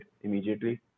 immediately